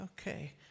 okay